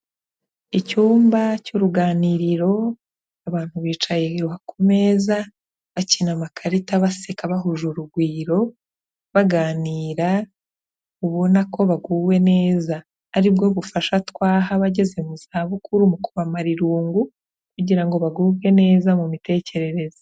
Icyumba cy'uruganiriro abantu bicaye ku meza bakina amakarita baseka bahuje urugwiro, baganira ubona ko baguwe neza ari bwo bufasha twaha abageze mu zabukuru mu kubamara irungu kugira ngo bagubwe neza mu mitekerereze.